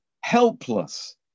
helpless